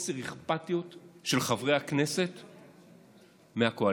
חוסר אכפתיות של חברי הכנסת מהקואליציה.